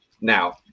now